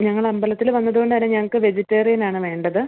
ഞങ്ങൾ അമ്പലത്തില് വന്നത് കൊണ്ട് തന്നെ ഞങ്ങൾക്ക് വെജിറ്റേറിയനാണ് വേണ്ടത്